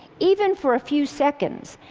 even for a few seconds,